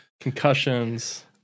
concussions